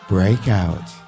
Breakout